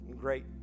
great